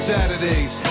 Saturdays